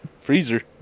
freezer